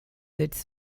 its